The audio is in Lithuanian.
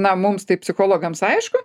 na mums tai psichologams aišku